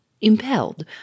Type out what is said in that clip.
impelled